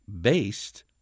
based